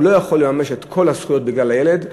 הוא לא יכול לממש את כל הזכויות בגלל הילד,